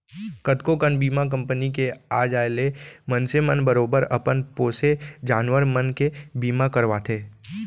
कतको कन बीमा कंपनी के आ जाय ले मनसे मन बरोबर अपन पोसे जानवर मन के बीमा करवाथें